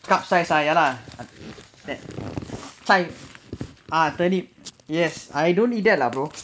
cup size ah ya lah ah very bright ah yes I don't do that lah brother